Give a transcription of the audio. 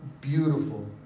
beautiful